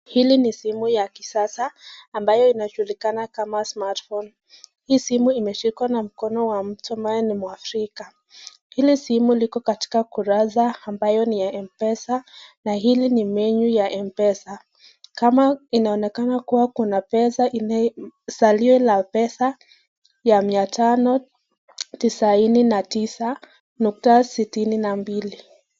Hili ni siku ya kisasa ambayo inajulikana kama smartphone . Hii simu imeshimwa na mkono wa mtu ambaye ni mwafrika, Ile simu liko katika kurasa ambayo ni ya mpesa na hili ni menu ya mpesa, kama inaonekana kuwa kuna pesa salio la pesa ya Mia tano tisaini na Tisa nukta sitini na mbili.